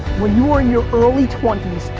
when you are in your early twenty